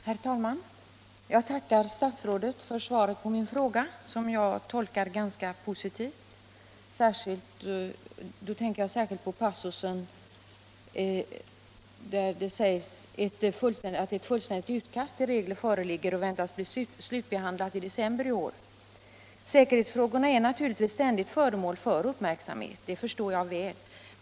Herr talman! Jag tackar statsrådet för svaret på min fråga, som jag tolkar ganska positivt. Då tänker jag särskilt på den passus där det sägs att ett fullständigt utkast till regler föreligger och väntas bli slutbehandlat i december i år. Säkerhetsfrågorna är naturligtvis ständigt föremål för uppmärksamhet. Det förstår jag väl.